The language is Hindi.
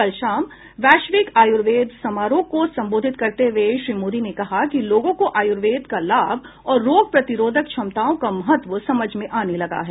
कल शाम वैश्विक आयुर्वेद समारोह को संबोधित करते हुए श्री मोदी ने कहा कि लोगों को आयुर्वेद का लाभ और रोग प्रतिरोधक क्षमताओं का महत्व समझ आने लगा है